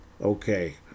Okay